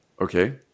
Okay